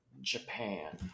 Japan